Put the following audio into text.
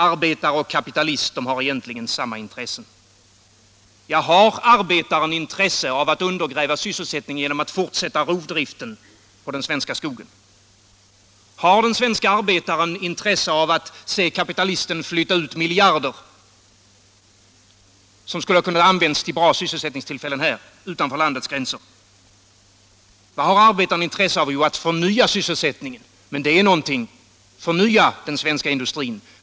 Arbetare och kapitalist har egentligen samma intressen. Har arbetaren intresse av att undergräva sysselsättningen genom att fortsätta rovdriften på den svenska skogen? Har den svenska arbetaren intresse av att se kapitalisten flytta ut miljarder utanför landets gränser, pengar som skulle kunna användas till bra sysselsättningstillfällen inom landet? Vad har arbetaren intresse av? Jo, av att förnya sysselsättningen, förnya den svenska industrin.